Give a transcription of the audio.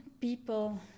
people